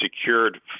secured